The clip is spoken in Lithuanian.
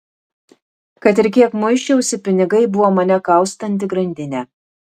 kad ir kiek muisčiausi pinigai buvo mane kaustanti grandinė